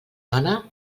dona